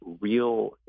real